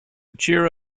cheer